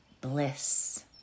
bliss